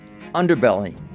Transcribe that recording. underbelly